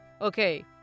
Okay